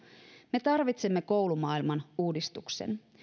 me tarvitsemme koulumaailman uudistuksen